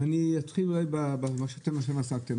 אני אתחיל במה שאתם עכשיו עסקתם.